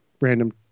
random